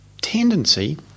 tendency